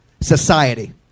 Society